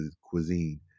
cuisine